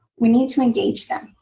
we need to engage them.